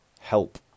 help